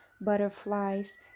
butterflies